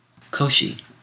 koshi